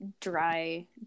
dry